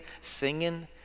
singing